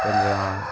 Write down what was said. கொஞ்சம்